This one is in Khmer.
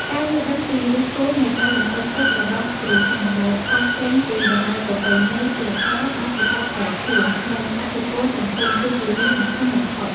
ការយល់ដឹងពីឫសគល់នៃការរំពឹងទុករបស់គ្រួសារ ដែលផុសចេញពី តម្លៃប្រពៃណី សីលធម៌ បទពិសោធន៍ផ្ទាល់ខ្លួន និងឥទ្ធិពលសង្គម គឺជារឿងសំខាន់បំផុត។